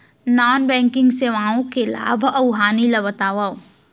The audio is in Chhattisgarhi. नॉन बैंकिंग सेवाओं के लाभ अऊ हानि ला बतावव